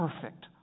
perfect